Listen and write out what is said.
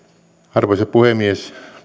arvoisa puhemies